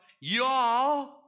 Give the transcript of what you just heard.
y'all